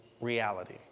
reality